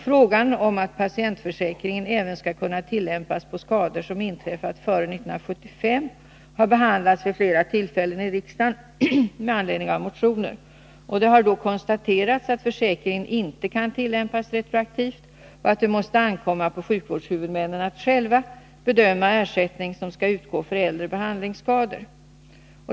Frågan om patientförsäkringen även skulle kunna tillämpas på skador som inträffat före 1975 har behandlats vid flera tillfällen i riksdagen med anledning av motioner. Det har då konstaterats att försäkringen inte kan tillämpas retroaktivt och att det måste ankomma på sjukvårdshuvudmännen att själva bedöma om ersättning skall utgå för äldre behandlingsskador.